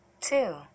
two